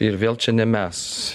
ir vėl čia ne mes